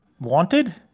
wanted